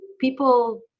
People